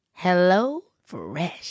HelloFresh